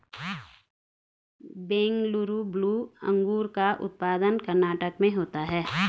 Bengaluru blue अंगूर का उत्पादन कर्नाटक में होता है